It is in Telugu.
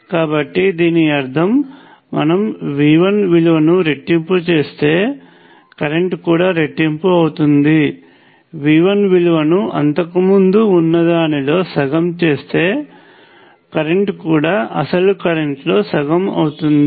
కాబట్టి దీని అర్థం మనము V1 విలువను రెట్టింపు చేస్తే కరెంట్ కూడా రెట్టింపు అవుతుంది V1 ను విలువను అంతకుముందు ఉన్నదానిలో సగం చేస్తే కరెంట్ కూడా అసలు కరెంట్ లో సగం అవుతుంది